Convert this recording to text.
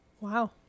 wow